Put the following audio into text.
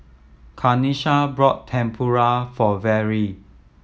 Kanesha brought Tempura for Verle